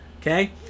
okay